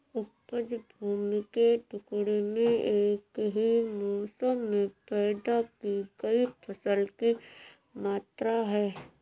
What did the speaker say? उपज भूमि के टुकड़े में एक ही मौसम में पैदा की गई फसल की मात्रा है